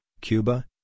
Cuba